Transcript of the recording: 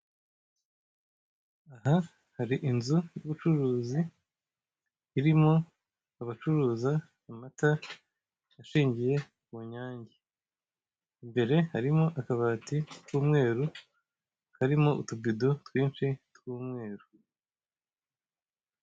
Aha hari inzu y'ubucuruzi irimo abacuruza amata ashingiye ku nyange, imbere harimo akabati k'umweru karimo utubido twinshi tw'umweru.